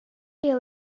they